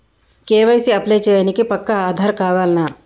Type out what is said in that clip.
KYC apply చేయనీకి పక్కా ఆధార్ కావాల్నా?